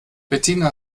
bettina